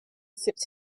sipped